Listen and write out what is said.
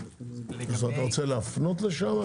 אז אתה רוצה להפנות לשם?